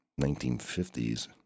1950s